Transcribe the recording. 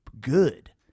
good